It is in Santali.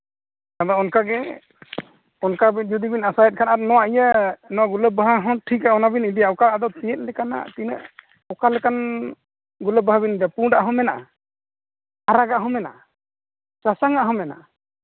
ᱟᱫᱚ ᱚᱱᱠᱟᱜᱮ ᱚᱱᱠᱟ ᱡᱩᱫᱤ ᱵᱤᱱ ᱟᱥᱟᱭᱮᱫ ᱠᱷᱟᱱ ᱮ ᱱᱚᱣᱟ ᱤᱭᱟᱹ ᱜᱩᱞᱟᱹᱵ ᱵᱟᱦᱟ ᱦᱚᱸ ᱴᱷᱤᱠᱟᱹ ᱚᱱᱟ ᱵᱤᱱ ᱤᱫᱤ ᱚᱠᱟ ᱟᱫᱚ ᱪᱮᱫ ᱞᱮᱠᱟᱱᱟᱜ ᱛᱤᱱᱟᱹᱜ ᱚᱠᱟ ᱞᱮᱠᱟᱱ ᱜᱩᱞᱟᱹᱵ ᱵᱟᱦᱟ ᱵᱤᱱ ᱤᱫᱤᱭᱟ ᱯᱩᱰᱟᱜ ᱦᱚᱸ ᱢᱮᱱᱟᱜᱼᱟ ᱟᱨᱟᱜᱟᱜ ᱦᱚᱸ ᱢᱮᱱᱟᱜᱼᱟ ᱥᱟᱥᱟᱝ ᱟᱜ ᱦᱚᱸ ᱢᱮᱱᱟᱜᱼᱟ